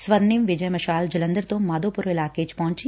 ਸਵ੍ਨਿਮ ਵਿਜੈ ਮਸ਼ਾਲ ਜਲੰਧਰ ਤੋ ਮਾਧੋਪੁਰ ਇਲਾਕੇ ਵਿਚ ਪਹੁੰਚੀ